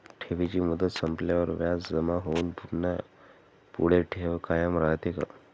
ठेवीची मुदत संपल्यावर व्याज जमा होऊन पुन्हा पुढे ठेव कायम राहते का?